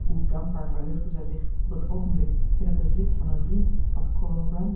hoe dankbaar verheugde zij zich op dat oogenblik in het bezit van een vriend als